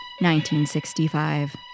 1965